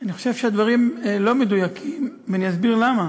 אני חושב שהדברים לא מדויקים, ואני אסביר למה.